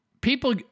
people